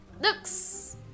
Looks